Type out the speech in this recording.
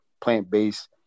plant-based